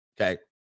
okay